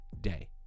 day